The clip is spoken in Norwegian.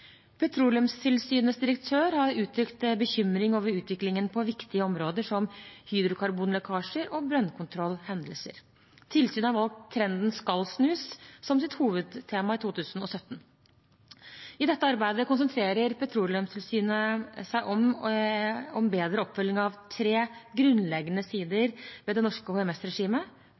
Petroleumstilsynets direktør har uttrykt bekymring over utviklingen på viktige områder som hydrokarbonlekkasjer og brønnkontrollhendelser. Tilsynet har valgt «Trenden skal snus» som sitt hovedtema i 2017. I dette arbeidet konsentrerer Petroleumstilsynet seg om bedre oppfølging av tre grunnleggende sider ved det norske